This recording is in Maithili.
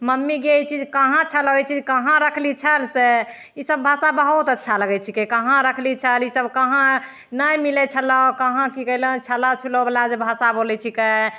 मम्मी गे ई चीज कहाँ छलौ ई चीज कहाँ रखलही छल से ईसब भाषा बहुत अच्छा लगै छिकै कहाँ रखलही छल ईसब कहाँ नहि मिलै छलहु कहाँ कि छलहु छुलहुवला जे भाषा बोलै छिकै